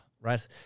right